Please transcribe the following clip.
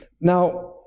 Now